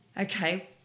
okay